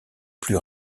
plus